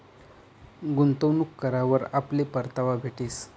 गुंतवणूक करावर आपले परतावा भेटीस